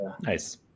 Nice